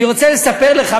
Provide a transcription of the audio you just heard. אני רוצה לספר לך,